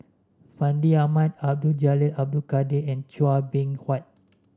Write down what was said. Fandi Ahmad Abdul Jalil Abdul Kadir and Chua Beng Huat